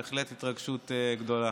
בהחלט התרגשות גדולה.